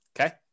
okay